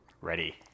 Ready